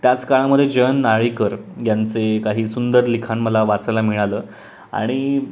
त्याच काळामध्ये जयंत नारळीकर यांचे काही सुंदर लिखाण मला वाचायला मिळालं आणि